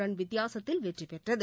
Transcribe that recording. run வித்தியாசத்தில் வெற்றி பெற்றது